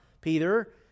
Peter